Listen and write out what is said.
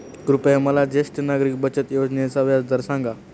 कृपया मला ज्येष्ठ नागरिक बचत योजनेचा व्याजदर सांगा